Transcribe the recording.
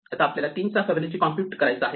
आता आपल्याला 3 चा फिबोनाची कॉम्प्युट करायचा आहे